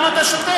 למה אתה שותק,